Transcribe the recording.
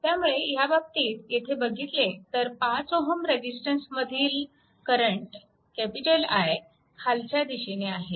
त्यामुळे ह्या बाबतीत येथे बघितले तर 5Ω रेजिस्टन्समधील करंट I खालच्या दिशेने आहे